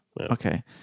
Okay